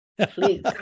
please